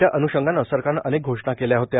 त्याअन्षगाने सरकारे अनेक घोषणा केल्या होत्या